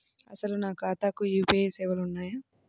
అసలు నా ఖాతాకు యూ.పీ.ఐ సేవలు ఉన్నాయా?